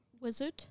wizard